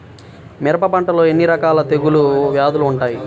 మిరప పంటలో ఎన్ని రకాల తెగులు వ్యాధులు వుంటాయి?